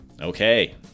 Okay